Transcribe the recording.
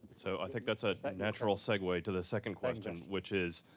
so i think that's a natural segue to the second question, which is,